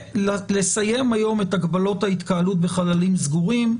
ולסיים היום את הגבלות ההתקהלות בחללים סגורים,